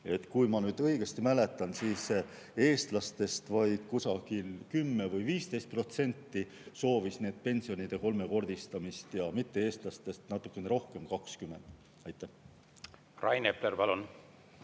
Kui ma õigesti mäletan, siis eestlastest vaid 10% või 15% soovis pensionide kolmekordistamist, mitte-eestlastest natukene rohkem, 20%. Rain Epler, palun!